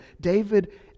David